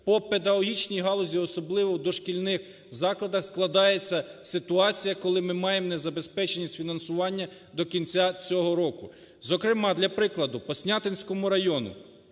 По педагогічній галузі, особливо в дошкільних закладах складається ситуація, коли ми маємо незабезпеченість фінансування до кінця цього року. Зокрема, для прикладу. По Снятинському району